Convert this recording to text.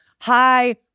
hi